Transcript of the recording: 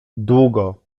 długo